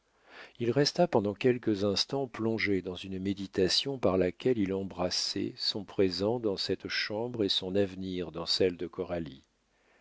il resta pendant quelques instants plongé dans une méditation par laquelle il embrassait son présent dans cette chambre et son avenir dans celle de